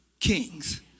Kings